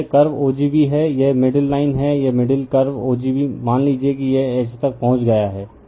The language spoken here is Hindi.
तो यह कर्वे o gb है यह मिडिल लाइन है यह middle curve o g b मान लीजिए कि यह H तक पहुंच गया है